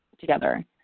together